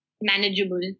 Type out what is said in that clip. manageable